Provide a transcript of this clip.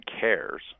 cares